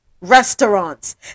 restaurants